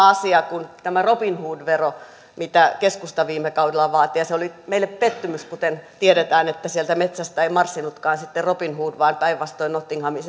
asia kuin tämä robinhood vero mitä keskusta viime kaudella vaati se oli meille pettymys kuten tiedetään että sieltä metsästä ei sitten marssinutkaan robin hood vaan päinvastoin nottinghamin